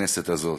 בכנסת הזאת,